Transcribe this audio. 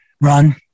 Run